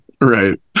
Right